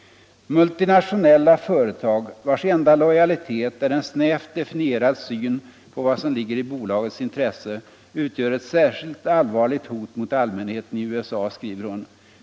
”Multinationella företag, vars enda lojalitet är en snävt definierad syn på vad som ligger i bolagets intresse, utgör ett särskilt allvarligt hot mot allmänheten i USA”, skriver hon.